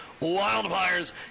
Wildfires